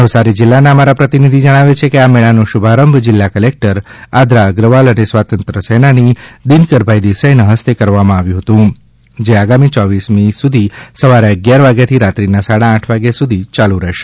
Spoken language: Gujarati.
નવસારી જિલ્લાના અમારા પ્રતિનિધિ જણાવે છે કે આ મેળાનો શુભારંભ જિલ્લા ક્લેક્ટર આદ્રા અગ્રવાલ અને સ્વાતંત્ર્ય સેનાની દિનકરભાઈ દેસાઈના હસ્તે કરવામાં આવ્યો હતો જે આગામી ચોવીસમી સુધી સવારે અગિયારથી રાત્રિના સાડા આઠ વાગ્યા સુધી ચાલુ રહેશે